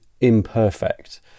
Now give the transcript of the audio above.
imperfect